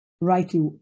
rightly